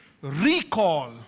recall